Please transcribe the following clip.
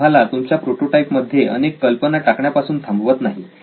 मी तुम्हाला तुमच्या प्रोटोटाइप मध्ये अनेक कल्पना टाकण्यापासून थांबवत नाही